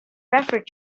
referred